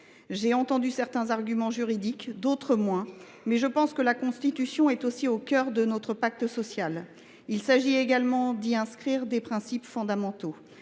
! Si j’entends certains arguments juridiques – pas tous –, je pense que la Constitution est au cœur de notre pacte social. Il s’agit également d’y inscrire des principes fondamentaux.